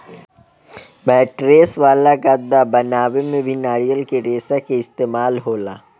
mattress वाला गद्दा बनावे में भी नारियल के रेशा के इस्तेमाल होला